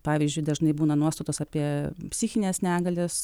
pavyzdžiui dažnai būna nuostatos apie psichines negales